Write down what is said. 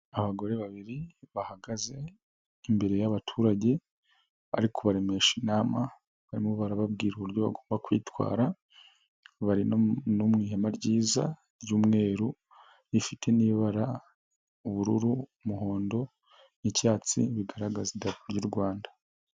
Abagore babiri bahagaze imbere y'abaturage bari kubaremesha inama barimo barababwira uburyo bagomba kwitwara, bari mu ihema ryiza ry'umweru rifite n'ibara ubururu, umuhondo, n'icyatsi, bigaragaza idarapo ry'u Rwanda.